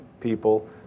people